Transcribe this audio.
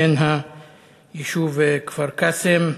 בן היישוב כפר-קאסם.